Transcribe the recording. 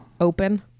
Open